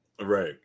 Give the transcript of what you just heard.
Right